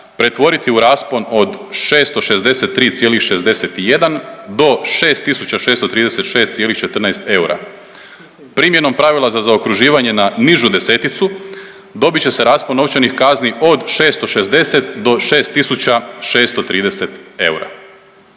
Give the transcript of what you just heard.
pretvoriti u raspon od 663,61 do 6.636,14 eura. Primjenom pravila za zaokruživanje na nižu deseticu dobit će se raspon novčanih kazni od 660 do 6.630 eura.